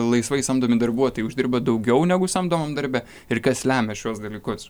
laisvai samdomi darbuotojai uždirba daugiau negu samdomam darbe ir kas lemia šiuos dalykus